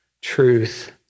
truth